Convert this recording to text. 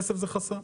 כסף הוא חסם.